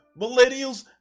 Millennials